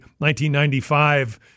1995